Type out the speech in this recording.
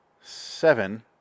seven